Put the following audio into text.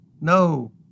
No